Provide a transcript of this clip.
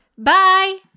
Bye